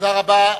תודה רבה.